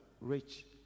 rich